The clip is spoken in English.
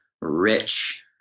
rich